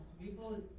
people